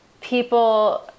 people